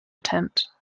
attempt